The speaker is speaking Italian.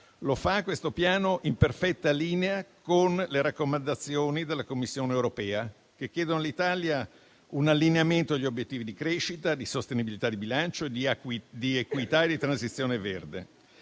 Lo fa in perfetta linea con le raccomandazioni della Commissione europea, che chiedono all'Italia un allineamento agli obiettivi di crescita, di sostenibilità, di bilancio, di equità e di transizione verde,